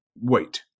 wait